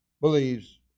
believes